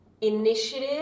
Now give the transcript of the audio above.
initiative